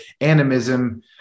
animism